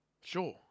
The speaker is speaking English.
Sure